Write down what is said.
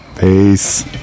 Peace